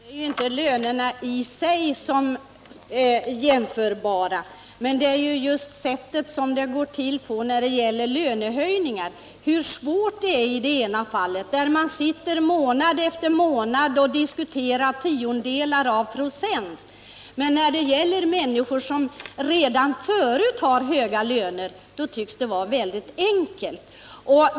Herr talman! Det är ju inte lönerna i sig som är jämförbara, utan det gäller hur det går till vid lönehöjningar, hur svårt det är i det ena fallet där man sitter månad efter månad och diskuterar tiondelar av procent. Men när det gäller människor som redan förut har höga löner tycks det vara väldigt enkelt.